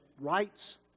rights